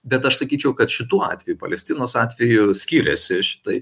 bet aš sakyčia kad šituo atveju palestinos atveju skiriasi štai